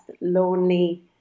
lonely